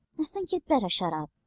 think you'd better shut up.